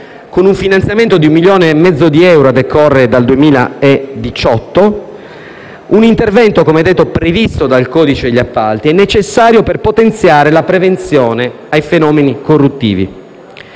con un finanziamento di 1,5 milioni di euro a decorrere dal 2018: un intervento, come ho detto, previsto dal codice degli appalti, necessario per potenziare la prevenzione dei fenomeni corruttivi.